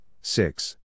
six